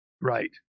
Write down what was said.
Right